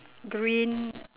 green